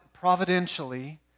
providentially